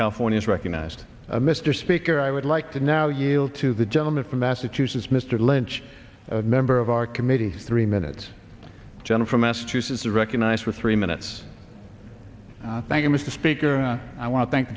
california is recognized mr speaker i would like to now yield to the gentleman from massachusetts mr lynch a member of our committee three minutes jennifer massachusetts recognized for three minutes thank you mr speaker i want to thank